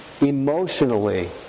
emotionally